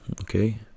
okay